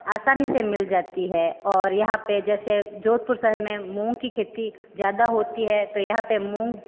आसानी से मिल जाती है और यहाँ पे जैसे जोधपुर शहर में मूंग की खेती ज़्यादा होती है तो यहाँ पे मूंग